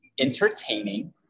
entertaining